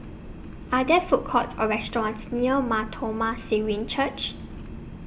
Are There Food Courts Or restaurants near Mar Thoma Syrian Church